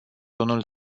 unul